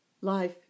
Life